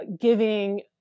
Giving